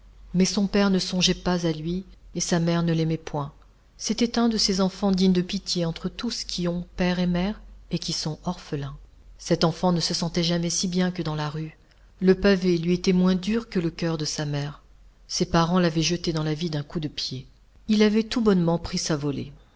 mais son père ne songeait pas à lui et sa mère ne l'aimait point c'était un de ces enfants dignes de pitié entre tous qui ont père et mère et qui sont orphelins cet enfant ne se sentait jamais si bien que dans la rue le pavé lui était moins dur que le coeur de sa mère ses parents l'avaient jeté dans la vie d'un coup de pied il avait tout bonnement pris sa volée